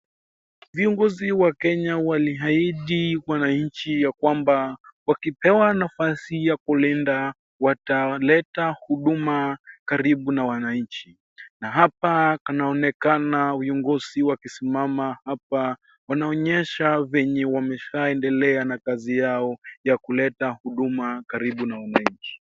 Viongozi wa Kenya waliahidi wananchi kwamba, wakipewa nafasi, ya kulinda wataleta huduma karibu na wananchi, na hapa panaonekana viongozi wakisimama hapa, wanaonyesha vile wameshaendelea na kazi yao, ya kuleta huduma karibu na wananchi.